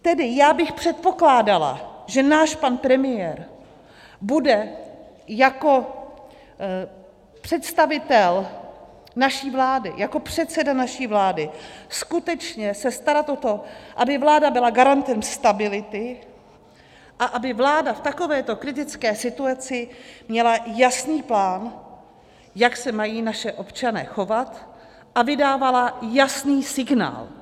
Tedy já bych předpokládala, že náš pan premiér bude jako představitel naší vlády, jako předseda naší vlády, skutečně se starat o to, aby vláda byla garantem stability a aby vláda v takovéto kritické situaci měla jasný plán, jak se mají naši občané chovat, aby dávala jasný signál.